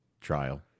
trial